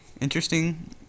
interesting